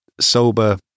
sober